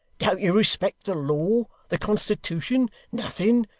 don't you respect the law the constitootion nothing?